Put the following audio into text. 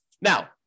Now